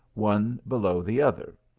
one below the other,